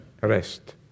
rest